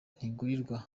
ntigurirwa